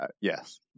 Yes